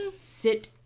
Sit